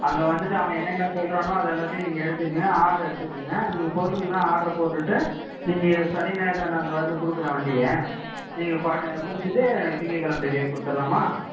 அங்கே வந்துவிட்டு அவன் என்னென்ன சொல்றானோ அது எல்லாத்தையும் நீங்கள் எடுத்துக்கோங்க ஆர்டர் எடுத்துக்கங்க நீங்கள் பொருள்ல்லாம் ஆர்டர் போட்டுவிட்டு நீங்கள் சனி ஞாயிறில் நான் அங்கே வந்து கொடுக்குறேன் வண்டியை நீங்கள் பண்ணு முடிச்சிவிட்டு எனக்கு திங்கள்கிழமை டெலிவரி கொடுத்துடலாமா